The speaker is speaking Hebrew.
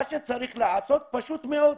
מה שצריך לעשות פשוט מאוד,